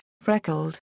freckled